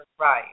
Right